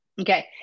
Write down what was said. Okay